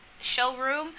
showroom